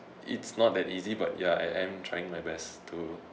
it's not that easy but ya I am trying my best to